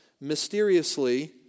mysteriously